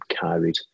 carried